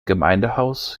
gemeindehaus